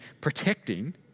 protecting